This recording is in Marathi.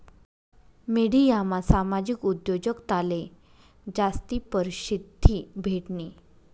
मिडियामा सामाजिक उद्योजकताले जास्ती परशिद्धी भेटनी